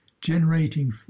generating